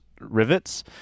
rivets